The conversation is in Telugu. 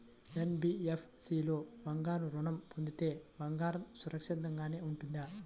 ఎన్.బీ.ఎఫ్.సి లో బంగారు ఋణం పొందితే బంగారం సురక్షితంగానే ఉంటుందా?